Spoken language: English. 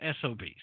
SOBs